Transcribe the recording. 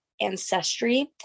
ancestry